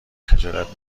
خجالت